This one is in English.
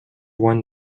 one